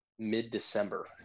mid-December